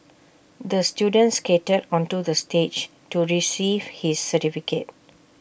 the student skated onto the stage to receive his certificate